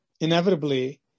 inevitably